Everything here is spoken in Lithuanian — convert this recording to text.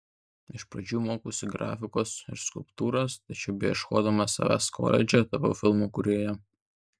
iš pradžių mokiausi grafikos ir skulptūros tačiau beieškodama savęs koledže tapau filmų kūrėja